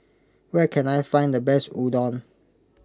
where can I find the best Udon